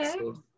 okay